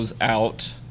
Out